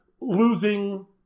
losing